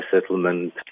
settlement